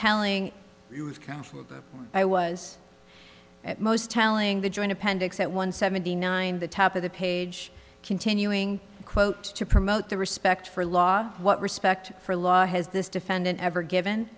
telling us counsel i was at most telling the joint appendix that one seventy nine the top of the page continuing quote to promote the respect for law what respect for law has this defendant ever given